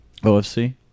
OFC